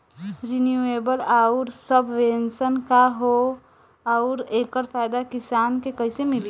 Renewable आउर subvention का ह आउर एकर फायदा किसान के कइसे मिली?